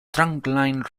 trunkline